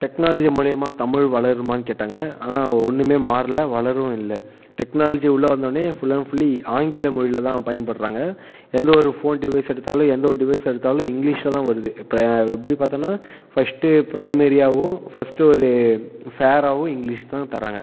technology மூலிமா தமிழ் வளருமான்னு கேட்டாங்க ஆனால் ஒன்றுமே மாறலை வளரவும் இல்லை டெக்னாலஜி உள்ளே வந்தோடனே ஃபுல் அண்ட் ஃபுல்லி ஆங்கில மொழியில் தான் பயன்படுத்றாங்க எந்த ஒரு ஃபோன் டிவைஸ் எடுத்தாலும் எந்த ஒரு டிவைஸ் எடுத்தாலும் இங்கிலிஷாக தான் வருது இப்போ எப்படி பார்த்தாலும் ஃபர்ஸ்ட் பிரைமரியாவும் ஃபர்ஸ்ட் ஒரு ஃபேராகவும் இங்கிலிஷ் தான் தர்றாங்க